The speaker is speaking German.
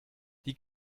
die